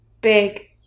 big